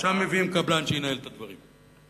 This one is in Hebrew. מביאים קבלן שינהל את הדברים.